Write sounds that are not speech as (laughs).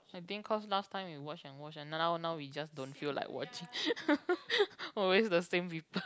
I think cause last time we watch and watch and then now now we just don't feel like watching (laughs) always the same people